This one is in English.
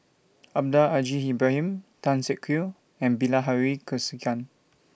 Almahdi Al Haj Ibrahim Tan Siak Kew and Bilahari Kausikan